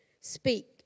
speak